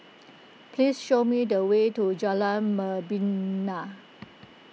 please show me the way to Jalan Membina